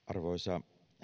arvoisa